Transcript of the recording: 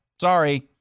Sorry